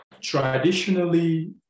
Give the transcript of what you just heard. traditionally